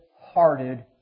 hearted